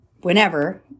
whenever